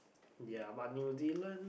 ya but New-Zealand